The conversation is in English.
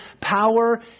power